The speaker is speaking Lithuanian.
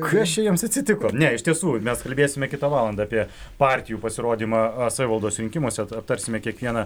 kas čia jiems atsitiko ne iš tiesų mes kalbėsime kitą valandą apie partijų pasirodymą savivaldos rinkimuose aptarsime kiekvieną